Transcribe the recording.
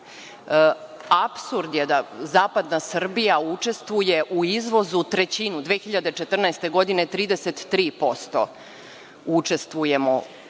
je da zapadna Srbija učestvuje u izvozu trećinu, 2014. godine 33% učestvujemo